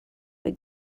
for